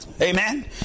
Amen